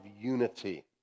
unity